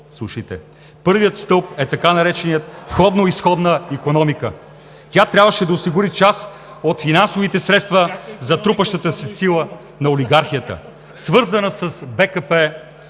Първият стълб е така нареченият „входно-изходна икономика“. Тя трябваше да осигури част от финансовите средства за трупащата се сила на олигархията, свързана с БКП